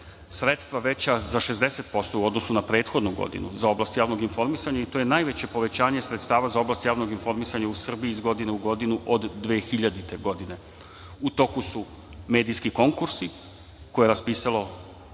sredstva veća za 60% u odnosu na prethodnu godinu za oblast javnog informisanja i to je najveće povećanje sredstava za oblast javnog informisanja u Srbiji iz godine u godinu od 2000. godine. U toku su medijski konkursi koje je raspisalo,